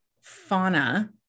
fauna